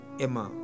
Emma